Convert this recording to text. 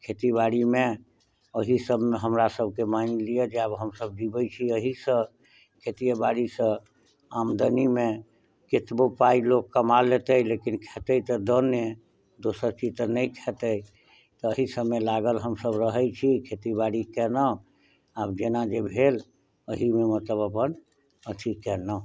खेतीबाड़ी मे अएहि सब मे हमरा सबके मइनि लिअ जे आब हमसब जीबै छी एहिसऽ खेतिये बाड़ी सऽ आमदनी मे केतबो पाइ लोक कमा लेतै लेकिन खेतै तऽ दऽने दोसर चीज तऽ नहि खेतै एहि सबमे लागल हमसब रहै छी खेतीबाड़ी कएलहुॅं आब जेना जे भेल अहीमे मतलब अपन अथी कएलौं